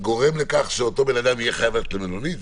המקומות שבהם החברה תאמר שאין לה פתרון טכנולוגי